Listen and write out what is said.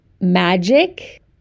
magic